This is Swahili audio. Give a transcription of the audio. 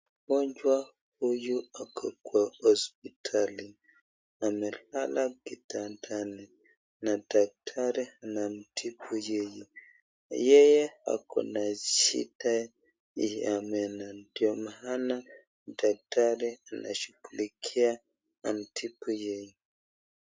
Mgonjwa huyu ako kwa hospitali amelala kitandani na daktari anamtibu yeye. Yeye akona shida ya meno ndio maana daktari anashughulikia amtibu yeye.